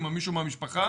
עם מישהו מהמשפחה.